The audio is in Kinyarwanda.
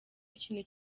ikintu